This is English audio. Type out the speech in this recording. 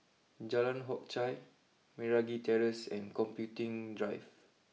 Jalan Hock Chye Meragi Terrace and Computing Drive